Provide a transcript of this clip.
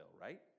right